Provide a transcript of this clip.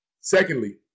Secondly